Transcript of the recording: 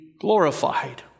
glorified